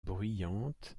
bruyante